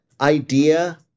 idea